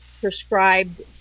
prescribed